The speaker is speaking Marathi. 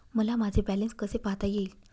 मला माझे बॅलन्स कसे पाहता येईल?